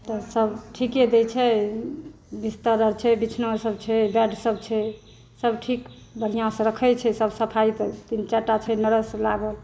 तऽ सब ठीके दै छै बिस्तर आओर छै बिछौना आओर सब छै बेड सब छै सब ठीक बढ़िऑं सँ रखै छै सब सफाइ तऽ तीन चारि टा छै नर्स लागल